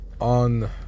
on